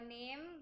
name